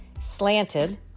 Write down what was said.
Slanted